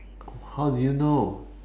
how do you know